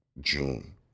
June